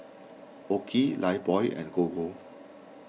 Oki Lifebuoy and Gogo